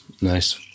nice